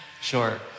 Sure